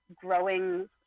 growing